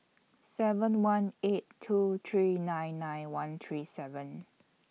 seven one eight two three nine nine one three seven